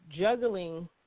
juggling